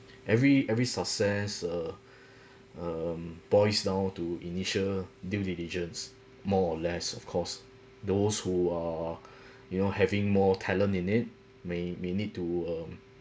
every every success uh um boils down to initial due diligence more or less of course those who are you know having more talent in it may may need to um